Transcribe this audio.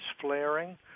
flaring